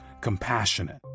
compassionate